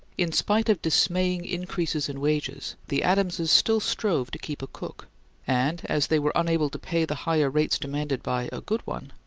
in spite of dismaying increases in wages, the adamses still strove to keep a cook and, as they were unable to pay the higher rates demanded by a good one,